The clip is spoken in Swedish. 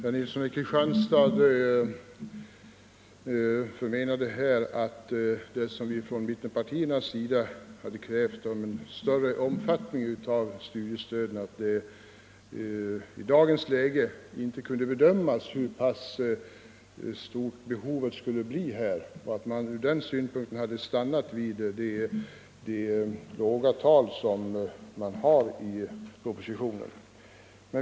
Herr talman! Herr Nilsson i Kristianstad sade att det i dagens läge inte kunde bedömas hur stort behovet av studiestöd skulle bli och att man därför stannat vid det låga tal som föreslagits i propositionen.